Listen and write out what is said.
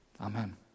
Amen